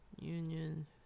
union